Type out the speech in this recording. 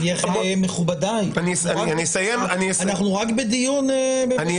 מכובדיי, אנחנו רק בדיון בשלב ---.